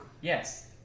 Yes